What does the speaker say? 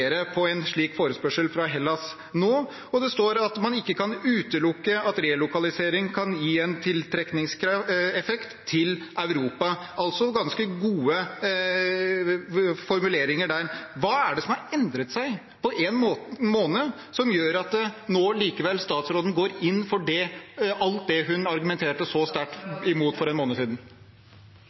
på en slik forespørsel fra Hellas nå. Det står også at man ikke kan utelukke at relokalisering kan gi en tiltrekningseffekt til Europa – altså ganske gode formuleringer der. Hva har endret seg på én måned, som gjør at statsråden nå likevel går inn for alt det hun argumenterte så sterkt imot for en måned siden?